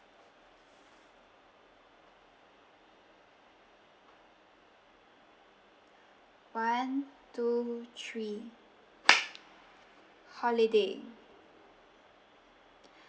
one two three holiday